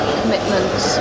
commitments